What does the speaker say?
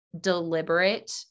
deliberate